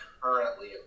currently